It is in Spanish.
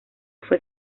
fue